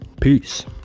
peace